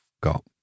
got